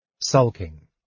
sulking